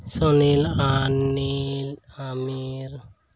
ᱥᱚᱱᱤᱞ ᱚᱱᱤᱞ ᱚᱢᱤᱞ